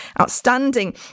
outstanding